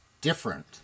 different